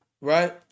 Right